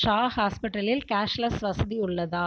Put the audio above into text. ஷா ஹாஸ்பிட்டலில் கேஷ்லெஸ் வசதி உள்ளதா